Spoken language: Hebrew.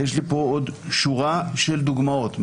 יש לי פה עוד שורה של דוגמאות,